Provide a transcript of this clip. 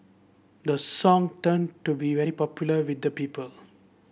the song turned to be very popular with the people